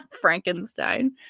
Frankenstein